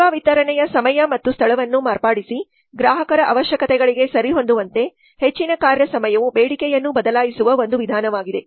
ಸೇವಾ ವಿತರಣೆಯ ಸಮಯ ಮತ್ತು ಸ್ಥಳವನ್ನು ಮಾರ್ಪಡಿಸಿ ಗ್ರಾಹಕರ ಅವಶ್ಯಕತೆಗಳಿಗೆ ಸರಿಹೊಂದುವಂತೆ ಹೆಚ್ಚಿನ ಕಾರ್ಯ ಸಮಯವು ಬೇಡಿಕೆಯನ್ನು ಬದಲಾಯಿಸುವ ಒಂದು ವಿಧಾನವಾಗಿದೆ